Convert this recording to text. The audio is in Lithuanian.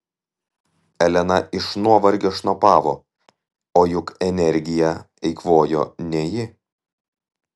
elena iš nuovargio šnopavo o juk energiją eikvojo ne ji